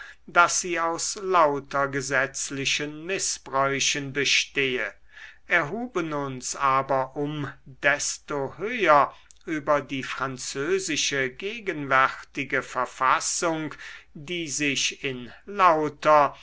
daß sie aus lauter gesetzlichen mißbräuchen bestehe erhuben uns aber um desto höher über die französische gegenwärtige verfassung die sich in lauter